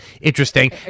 interesting